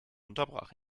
unterbrach